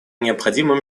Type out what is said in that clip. необходимо